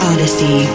Odyssey